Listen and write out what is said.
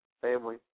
family